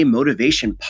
Motivation